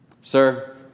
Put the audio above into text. Sir